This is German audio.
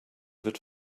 wird